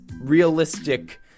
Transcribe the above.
realistic